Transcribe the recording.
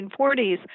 1940s